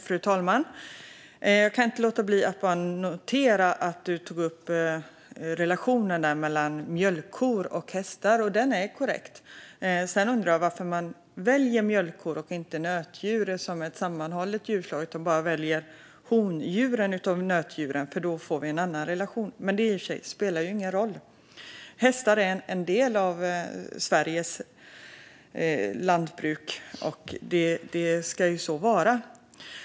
Fru talman! Jag kan inte låta bli att notera att du tog upp relationen mellan mjölkkor och hästar. Den är korrekt. Sedan undrar jag varför man väljer mjölkkor och inte nötdjur som ett sammanhållet djurslag utan bara väljer hondjuren av nötdjuren. Då får vi en annan relation. Men det spelar i och för sig inte någon roll. Hästar är en del av Sveriges lantbruk, och ska så vara.